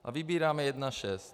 A vybíráme 1,6.